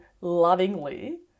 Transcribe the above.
lovingly